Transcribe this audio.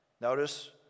Notice